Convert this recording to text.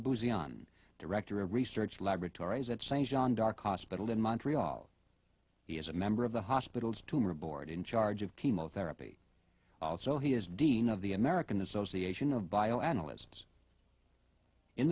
busy on director of research laboratories at st john darche hospital in montreal he is a member of the hospital's tumor board in charge of chemotherapy so he is dean of the american association of bio analysts in